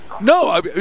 No